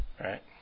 right